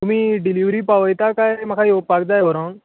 तुमी डिलीवरी पावयतात कांय म्हाका येवपाक जाय व्हरोंक